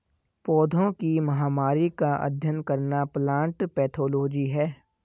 पौधों की महामारी का अध्ययन करना प्लांट पैथोलॉजी है